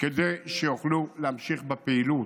כדי שיוכלו להמשיך בפעילות.